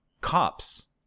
cops